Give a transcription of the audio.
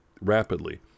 rapidly